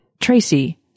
Tracy